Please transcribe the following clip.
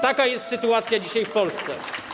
Taka jest sytuacja dzisiaj w Polsce.